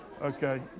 Okay